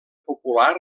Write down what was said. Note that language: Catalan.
popular